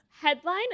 headline